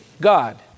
God